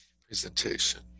Presentation